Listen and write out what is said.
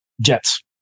Jets